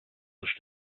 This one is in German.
ist